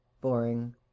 boring